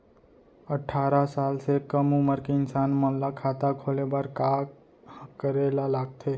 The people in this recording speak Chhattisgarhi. अट्ठारह साल से कम उमर के इंसान मन ला खाता खोले बर का करे ला लगथे?